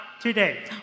today